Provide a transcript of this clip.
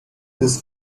this